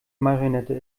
marionette